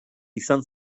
izan